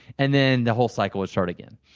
and then the whole cycle would start again.